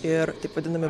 ir taip vadinami